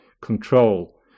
control